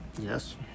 Yes